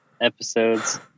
episode's